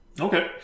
okay